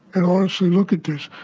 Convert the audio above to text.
and honestly, look at this,